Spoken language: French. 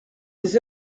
des